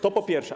To po pierwsze.